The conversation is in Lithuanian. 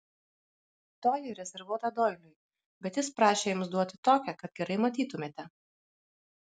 toji rezervuota doiliui bet jis prašė jums duoti tokią kad gerai matytumėte